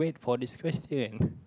for disquieting